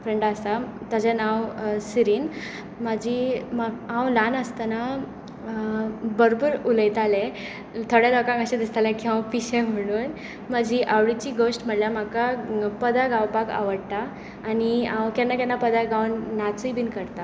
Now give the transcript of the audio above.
फ्रेंडा आसा ताचें नांव सिरीन म्हजी हांव ल्हान आसतना भरपूर उलयतालें थोड्या लोकांक अशें दिसतालें की हांव पिशें म्हणून म्हजी आवडिची गोश्ट म्हणल्यार म्हाका पदां गावपाक आवडटा आनी हांव केन्ना केन्ना पदां गावन नाचूय बी करतां